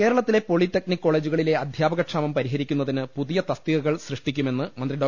കേരളത്തിലെ polytechnic കോളജുകളിലെ അധ്യാപക ക്ഷാമം പരിഹരിക്കുന്നതിന് പുതിയ തസ്തിക്കൾ സൃഷ്ടിക്കു മെന്ന് മന്ത്രി ഡോ